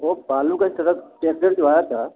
वो बालू का ट्रक ट्रैक्टर जो आया था